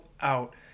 out